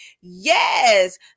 Yes